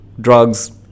drugs